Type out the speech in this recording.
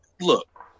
look